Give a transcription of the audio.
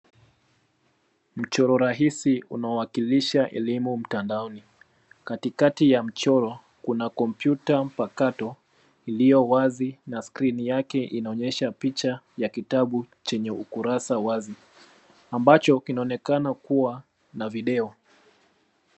Mchoro rahisi unawakilisha elimu mtandaoni, katikati ya mchoro kuna kompyuta mpakato iliyowazi na skrini yake inaonyesha picha ya kitabu chenye ukurasa wazi ambacho kinaonekana kuwa na video.